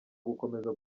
gukomeza